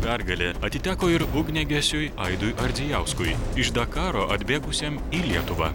pergalė atiteko ir ugniagesiui aidui ardzijauskui iš dakaro atbėgusiam į lietuvą